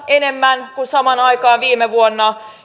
enemmän kuin samaan aikaan viime vuonna